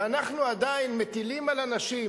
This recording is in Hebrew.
ואנחנו עדיין מטילים על הנשים